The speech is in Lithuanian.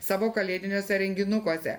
savo kalėdiniuose renginukuose